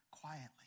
quietly